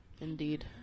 Indeed